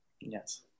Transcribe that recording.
yes